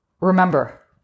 Remember